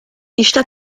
está